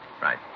Right